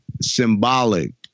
symbolic